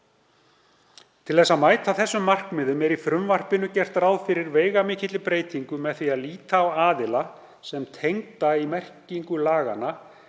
Til þess að mæta þessum markmiðum er í frumvarpinu gert ráð fyrir veigamikilli breytingu með því að líta á aðila sem tengda í merkingu laganna